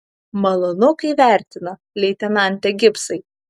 malonu kai vertina leitenante gibsai